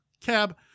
cab